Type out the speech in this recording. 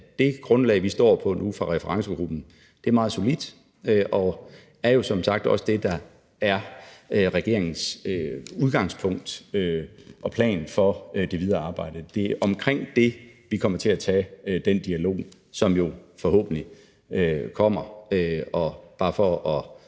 det grundlag, vi står på nu, fra referencegruppen er meget solidt og er jo som sagt også det, der er regeringens udgangspunkt og plan for det videre arbejde. Det er omkring det, vi kommer til at tage den dialog, som jo forhåbentlig kommer. Bare for at